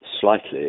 slightly